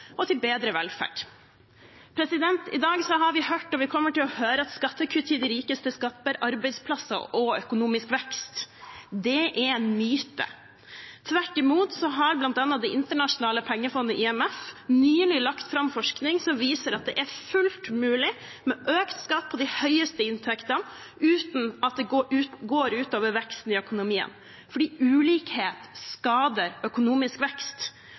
og til bedre velferd. I dag har vi hørt – og vi kommer til å høre – at skattekutt til de rikeste skaper arbeidsplasser og økonomisk vekst. Det er en myte. Tvert imot har bl.a. Det internasjonale pengefondet, IMF, nylig lagt fram forskning som viser at det er fullt mulig med økt skatt på de høyeste inntektene uten at det går ut over veksten i økonomien. For ulikhet skader økonomisk vekst,